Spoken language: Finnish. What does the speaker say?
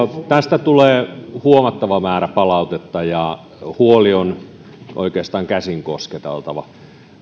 tästä tulee huomattava määrä palautetta ja huoli on oikeastaan käsin kosketeltava